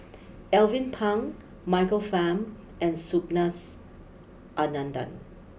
Alvin Pang Michael Fam and Subhas Anandan